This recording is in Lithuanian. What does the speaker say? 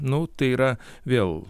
nu tai yra vėl